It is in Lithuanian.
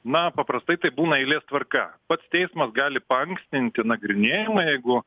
na paprastai tai būna eilės tvarka pats teismas gali paankstinti nagrinėjimą jeigu